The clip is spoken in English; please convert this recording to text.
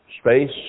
space